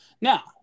Now